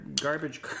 garbage